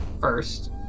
first